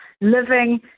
living